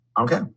Okay